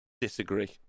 disagree